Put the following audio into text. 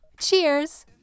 Cheers